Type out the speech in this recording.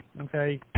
Okay